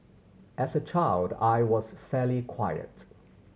as a child I was fairly quiet